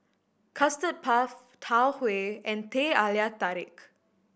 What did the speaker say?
Custard Puff Tau Huay and Teh Halia Tarik